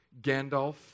Gandalf